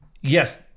yes